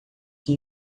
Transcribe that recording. que